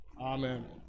Amen